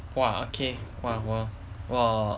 !wah! okay !wah! 我我